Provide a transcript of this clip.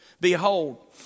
Behold